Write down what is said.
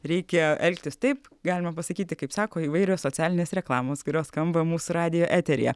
reikia elgtis taip galima pasakyti kaip sako įvairios socialinės reklamos kurios skamba mūsų radijo eteryje